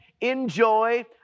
Enjoy